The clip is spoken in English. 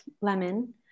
lemon